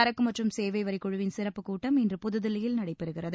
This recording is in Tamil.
சரக்கு மற்றும் சேவை வரி குழுவின் சிறப்புக் கூட்டம் இன்று புதுதில்லியில் நடைபெறுகிறது